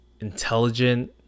intelligent